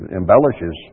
embellishes